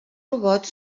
robots